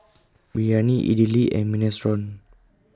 Biryani Idili and Minestrone